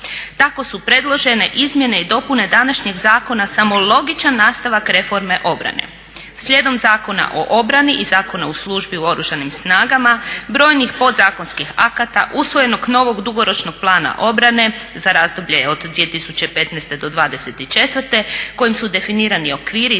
Tako su predložene izmjene i dopune današnjeg zakona samo logičan nastavak reforme obrane. Slijedom Zakona o obrani i Zakona u službi u Oružanim snagama, brojnih podzakonskih akata, usvojenog novog dugoročnog plana obrane za razdoblje od 2015. do 2024. kojim su definirani okviri i smjerovi